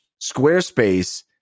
Squarespace